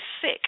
sick